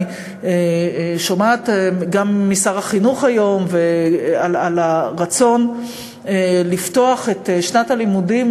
אני שומעת גם משר החינוך היום על הרצון לפתוח את שנת הלימודים,